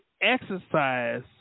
exercise